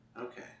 Okay